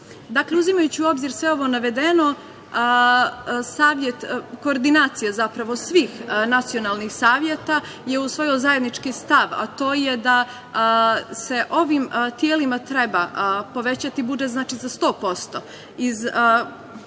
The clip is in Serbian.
virusa. Dakle, uzimajući u obzir sve ovo navedeno, koordinacija svih nacionalnih saveta je usvojila zajednički stav, a to je da se ovim telima treba povećati budžet za 100%,